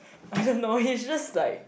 I don't know he just like